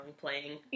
playing